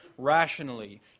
rationally